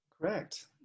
Correct